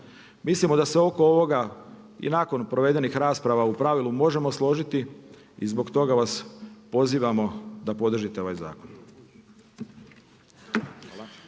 Mislimo da se oko ovoga i nakon provedenih rasprava u pravilu možemo složiti. I zbog toga vas pozivamo da podržite ovaj zakon.